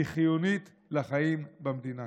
היא חיונית לחיים במדינה.